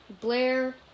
Blair